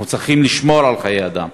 אנחנו צריכים לשמור על חיי אדם.